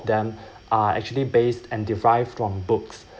them are actually based and derived from books